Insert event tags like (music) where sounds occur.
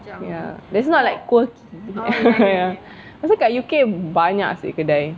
ya it's not like quirky (noise) ya pasal kat U_K banyak seh kedai